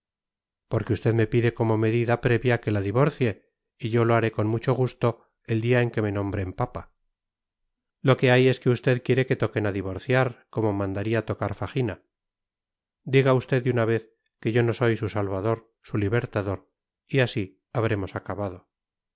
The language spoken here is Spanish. porque usted me pide como medida previa que la divorcie y yo lo haré con mucho gusto el día en que me nombren papa lo que hay es que usted quiere que toquen a divorciar como mandaría tocar fajina diga usted de una vez que no soy su salvador su libertador y así habremos acabado